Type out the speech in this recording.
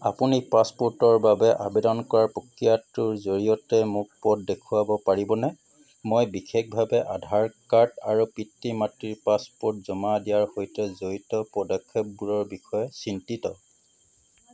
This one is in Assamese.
আপুনি পাছপোৰ্টৰ বাবে আবেদন কৰাৰ প্ৰক্ৰিয়াটোৰ জৰিয়তে মোক পথ দেখুৱাব পাৰিবনে মই বিশেষভাৱে আধাৰ কাৰ্ড আৰু পিতৃ মাতৃৰ পাছপ'ৰ্ট জমা দিয়াৰ সৈতে জড়িত পদক্ষেপবোৰৰ বিষয়ে চিন্তিত